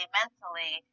mentally